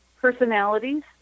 personalities